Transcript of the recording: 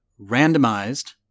randomized